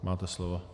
Máte slovo.